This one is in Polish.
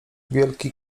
wielki